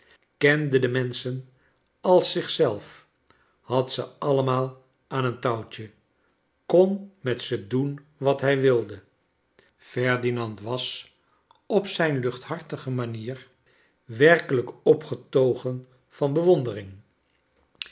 kende de menschen als zich zelf had ze allemaal aan een touwtje kon met ze doen wat hij wilde ferdinand was op zijn luchthartige manier werkelijk opgetogen van bewondering